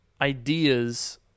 ideas